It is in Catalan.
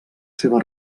seva